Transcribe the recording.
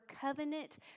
covenant